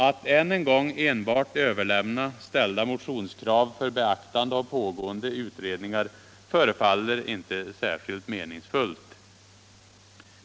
Alt än en gång enbart överlämna ställda motionskrav till pågående utredningar för beaktande förefaller inte särskilt meningsfullt.